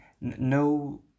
no